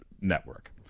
network